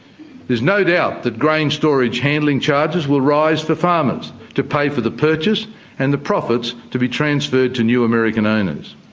there's no doubt that grain storage handling charges will rise for farmers to pay for the purchase and the profits to be transferred to new american owners.